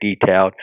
detailed